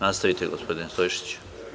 Nastavite, gospodine Stojšiću.